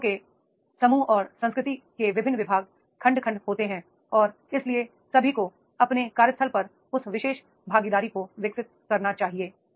संगठनों में समूह और संस्कृति के विभिन्न विभाग खंड खंड होते हैं और इसलिए सभी को अ पने कार्यस्थल पर उस विशेष भागीदारी को विकसित करना चाहिए